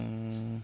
ओम